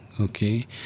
Okay